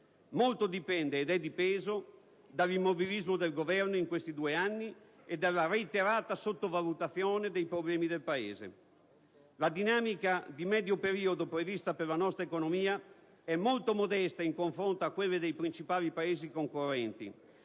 Molto dipende ed è dipeso dall'immobilismo del Governo in questi due anni e dalla reiterata sottovalutazione dei problemi del Paese. La dinamica di medio periodo prevista per la nostra economia è molto modesta in confronto a quella dei principali Paesi concorrenti